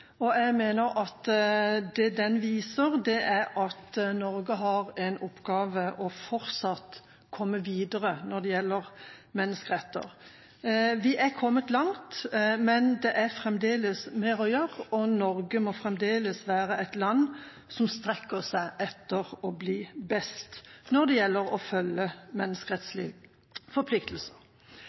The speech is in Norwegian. Stortinget. Jeg mener at det den viser, er at Norge fortsatt har en oppgave med å komme videre når det gjelder menneskeretter. Vi er kommet langt, men det er fremdeles mer å gjøre, og Norge må fremdeles være et land som strekker seg etter å bli best når det gjelder å følge menneskerettslige forpliktelser.